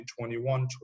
2021